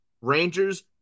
Rangers